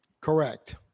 correct